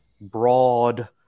broad